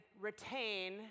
retain